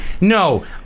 no